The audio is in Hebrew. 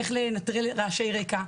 איך לנטרל רעשי רקע,